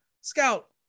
scout